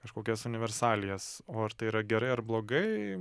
kažkokias universalijas o ar tai yra gerai ar blogai